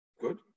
Good